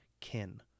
kin